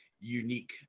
unique